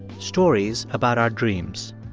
stories about our dreams.